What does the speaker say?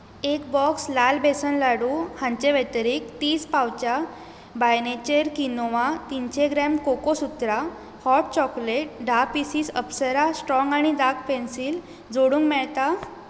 एक बॉक्स लाल बेसन लाडू हांचे व्यतिरीक्त तीस पाउचां बाय नेचर कीनोआ तीनशीं ग्राम कोकोसुत्रा हॉट चॉकोलेट धा पीसीस अप्सरा स्ट्राँग आनी डार्क पेन्सिल जोडूंक मेळटा